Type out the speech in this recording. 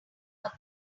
have